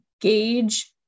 gauge